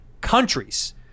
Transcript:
countries